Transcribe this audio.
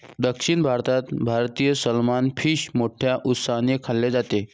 दक्षिण भारतात भारतीय सलमान फिश मोठ्या उत्साहाने खाल्ले जाते